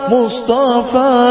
Mustafa